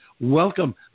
welcome